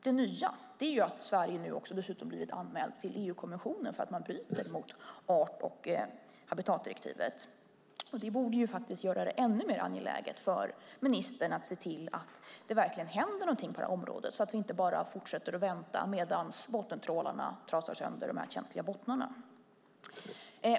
Det nya är dock att Sverige har blivit anmält till EU-kommissionen för att vi bryter mot art och habitatdirektivet. Det borde faktiskt göra det ännu mer angeläget för ministern att se till att det verkligen händer någonting på området, så att vi inte bara fortsätter att vänta medan bottentrålarna trasar sönder de känsliga bottnarna.